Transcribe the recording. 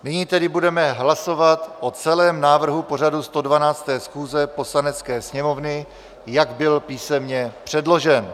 Nyní tedy budeme hlasovat o celém návrhu pořadu 112. schůze Poslanecké sněmovny, jak byl písemně předložen.